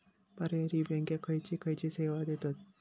पर्यायी बँका खयचे खयचे सेवा देतत?